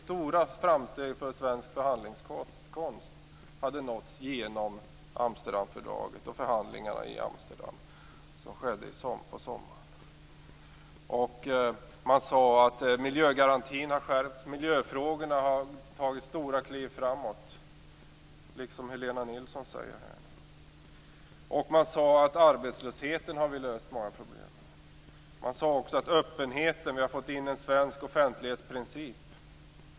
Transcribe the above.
Stora framsteg för svensk förhandlingskonst hade nåtts genom Amsterdamfördraget och förhandlingarna i Amsterdam som skedde på sommaren. Man sade att miljögarantin skärpts, att miljöfrågorna tagit stora kliv framåt, som Helena Nilsson säger här nu. Man sade att man löst många problem med arbetslösheten. Man sade också att man fått in en svensk offentlighetsprincip.